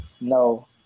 No